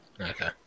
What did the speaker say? Okay